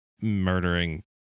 murdering